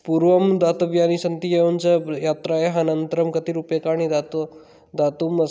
पूर्वं दातव्यानि सन्ति एवञ्च यात्रायाः अनन्तरं कति रूप्यकाणि दातुं दातुं